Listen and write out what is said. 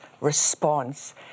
response